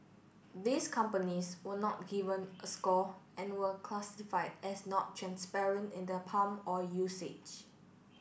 these companies were not given a score and were classified as not transparent in their palm oil usage